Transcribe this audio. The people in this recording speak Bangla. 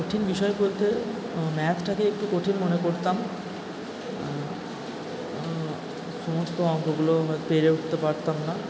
কঠিন বিষয় বলতে ম্যাথটাকে একটু কঠিন মনে করতাম সমস্ত অঙ্কগুলো পেরে উঠতে পারতাম না